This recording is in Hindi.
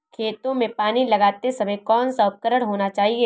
खेतों में पानी लगाते समय कौन सा उपकरण होना चाहिए?